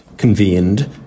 Convened